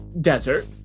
desert